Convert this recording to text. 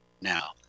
now